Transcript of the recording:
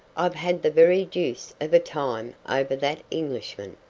i've had the very deuce of a time over that englishman.